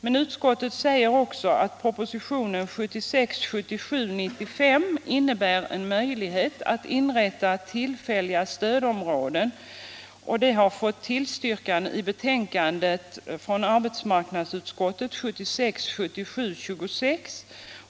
Men utskottet säger också att förslaget i propositionen 1976 77:26.